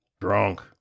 Drunk